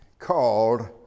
called